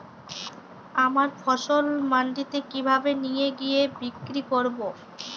আমার ফসল মান্ডিতে কিভাবে নিয়ে গিয়ে বিক্রি করব?